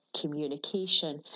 communication